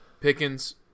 Pickens